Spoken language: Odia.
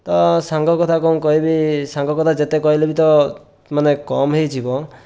ତ ସାଙ୍ଗ କଥା କଣ କହିବି ସାଙ୍ଗ କଥା ଯେତେ କହିଲେ ବି ତ ମାନେ କମ୍ ହୋଇଯିବ